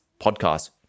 podcast